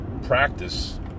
practice